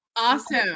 Awesome